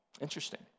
Interesting